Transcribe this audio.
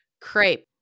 crepe